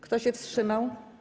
Kto się wstrzymał?